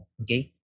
okay